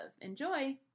Enjoy